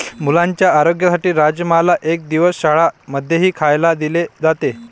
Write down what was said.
मुलांच्या आरोग्यासाठी राजमाला एक दिवस शाळां मध्येही खायला दिले जाते